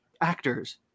actors